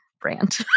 brand